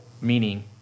meaning